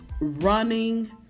running